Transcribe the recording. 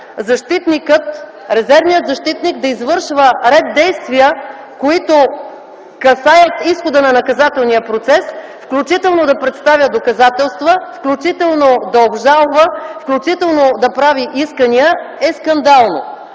защитникът, резервният защитник да извършва ред действия, които касаят изхода на наказателния процес, включително да представя доказателства, включително да обжалва, включително да прави искания, е скандално.